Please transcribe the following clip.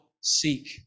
seek